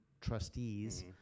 trustees